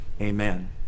amen